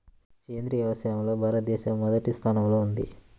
సేంద్రీయ వ్యవసాయంలో భారతదేశం మొదటి స్థానంలో ఉంది